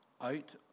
out